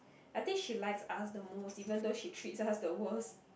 I think she likes us the most even though she treats us the worst